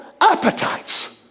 appetites